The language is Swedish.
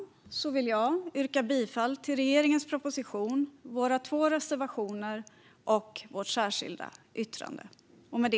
Jag yrkar bifall till regeringens proposition, våra två reservationer och vårt särskilda yttrande.